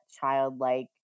childlike